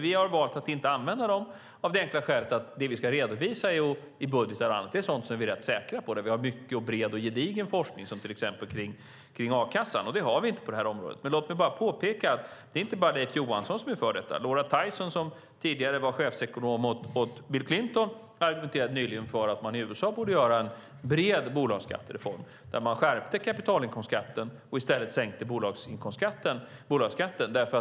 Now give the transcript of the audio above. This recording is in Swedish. Vi har valt att inte använda dem av det enkla skälet att det vi ska redovisa i budgetar och annat är sådant som vi är rätt säkra på genom bred och gedigen forskning som till exempel för a-kassan. Det har vi inte på det här området. Låt mig bara påpeka att det inte bara är Leif Johansson som är för detta. Laura Tyson, som tidigare var chefsekonom åt Bill Clinton, argumenterade nyligen för att man i USA borde göra en bred bolagsskattereform där man skärpte kapitalinkomstskatten och i stället sänkte bolagsskatten.